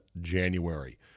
January